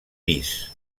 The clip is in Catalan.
pis